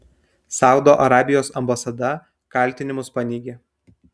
saudo arabijos ambasada kaltinimus paneigė